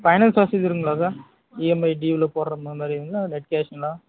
finance வசதி இருங்குங்களா sir EMI due போடுற மாரிங்களா இல்லை நெட் கேஷ்ங்களா